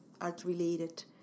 art-related